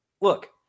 Look